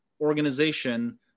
organization